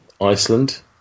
Iceland